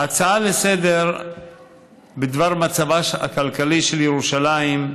ההצעה לסדר-היום בדבר מצבה הכלכלי של ירושלים,